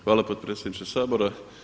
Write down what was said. Hvala potpredsjedniče Sabora.